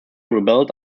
rebelled